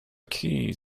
keys